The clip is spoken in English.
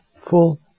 full